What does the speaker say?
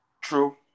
True